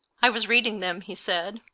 i was reading them, he said,